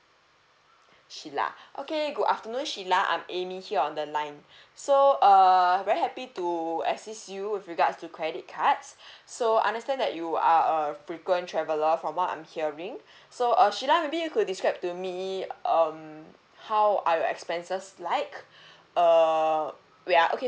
sheila okay good afternoon sheila I'm amy here on the line so err very happy to assist you with regards to credit cards so understand that you are a frequent traveller from what I'm hearing so uh sheila maybe you could describe to me um how are your expenses like err wait ah okay